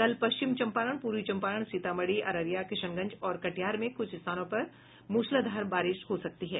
कल पश्चिम चंपारण पूर्वी चंपारण सीतामढ़ी अररिया किशनगंज और कटिहार में कुछ स्थानों पर मूसलाधार बारिश हो सकती है